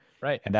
Right